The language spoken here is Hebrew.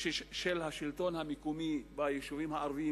של השלטון המקומי ביישובים הערביים,